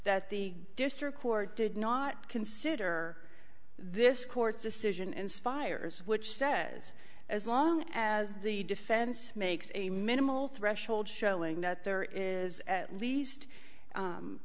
that the district court did not consider this court's decision inspirers which says as long as the defense makes a minimal threshold showing that there is at least